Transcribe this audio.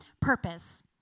purpose